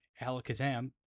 alakazam